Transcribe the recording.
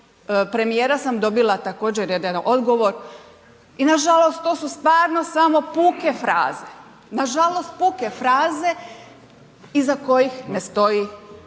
premijera sam dobila također jedan odgovor i nažalost to su stvarno samo puke fraze, nažalost puke fraze iza kojih ne stoji pa čini